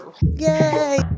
Yay